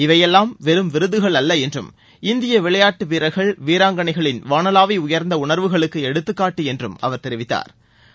இவையெல்லாம் வெறும் விருதுகள் அல்ல என்றும் இந்திய விளையாட்டு வீரர்கள் வீராங்கனைகளின் வானளாவி உயா்ந்த உணா்வுகளுக்கு எடுத்துக்காட்டு என்றும் அவா் தெரிவித்தாா்